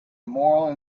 moral